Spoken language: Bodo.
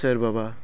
सोरबाबा